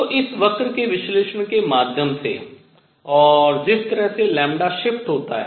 तो इस वक्र के विश्लेषण के माध्यम से और जिस तरह से लैम्ब्डा शिफ्ट होता है